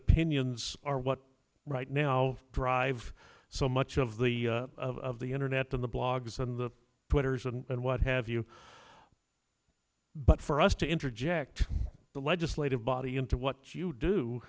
opinions are what right now dr so much of the of the internet on the blogs and the twitters and what have you but for us to interject the legislative body into what you do